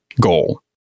goal